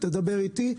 תדבר איתי.